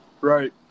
right